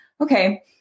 okay